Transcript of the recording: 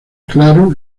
claro